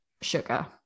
sugar